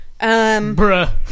Bruh